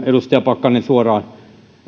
edustaja pakkanen suoraan